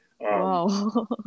Wow